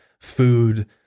food